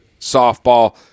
softball